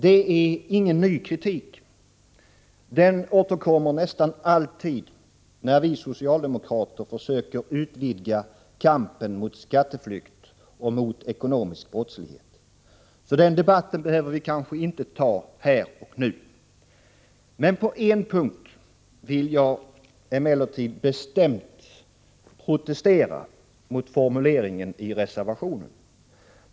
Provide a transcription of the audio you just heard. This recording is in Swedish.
Det är ingen ny kritik. Den återkommer nästan alltid när vi socialdemokrater försöker utvidga kampen mot skatteflykt och ekonomisk brottslighet. Den debatten behöver vi därför kanske inte ta nu. På en punkt vill jag emellertid bestämt protestera mot formuleringen i reservationen.